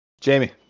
Jamie